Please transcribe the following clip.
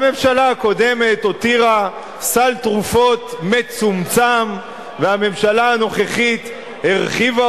הממשלה הקודמת הותירה סל תרופות מצומצם והממשלה הנוכחית הרחיבה